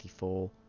1984